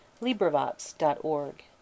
LibriVox.org